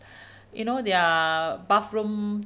you know their bathroom